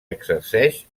exerceix